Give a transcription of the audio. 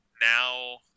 now